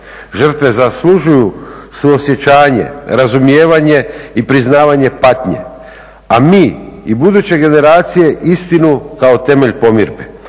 Žrtve zaslužuju suosjećanje, razumijevanje i priznavanje patnje. A mi i buduće generacije istinu kao temelj pomirbe,